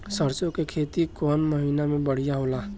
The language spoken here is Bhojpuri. सरसों के खेती कौन महीना में बढ़िया होला?